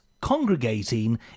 congregating